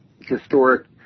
historic